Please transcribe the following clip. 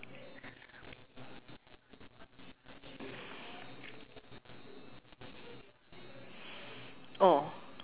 oh